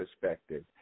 perspective